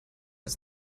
ist